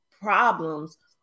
problems